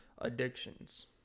addictions